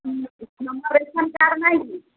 ହୁଁ ତୁମର ration card ନାହିଁ କି